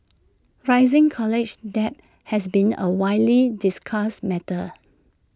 rising college debt has been A widely discussed matter